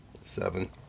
seven